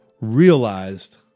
realized